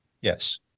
yes